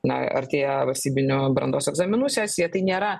na artėja valstybinių brandos egzaminų sesija tai nėra